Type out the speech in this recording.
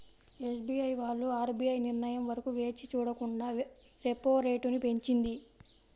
SBI వాళ్ళు RBI నిర్ణయం వరకు వేచి చూడకుండా రెపో రేటును పెంచింది